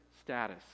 status